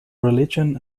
religion